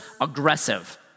aggressive